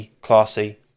Classy